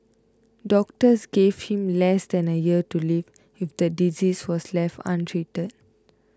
doctors gave him less than a year to live if the disease was left untreated